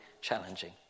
challenging